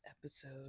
episode